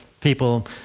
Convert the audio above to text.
people